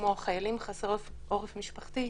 כמו חיילים חסרי עורף משפחתי,